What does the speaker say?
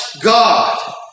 God